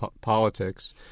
politics